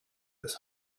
this